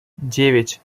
девять